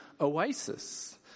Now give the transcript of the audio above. oasis